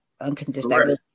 unconditional